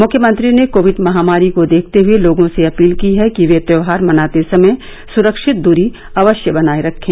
मुख्यमंत्री ने कोविड महामारी को देखते हुए लोगों से अपील की है कि वे त्योहार मनाते समय सुरक्षित दूरी अवश्य बनाए रखें